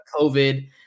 COVID